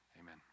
amen